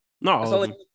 no